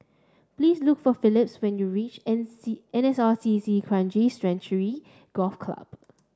please look for Philip when you reach N C N S R C C Kranji Sanctuary Golf Club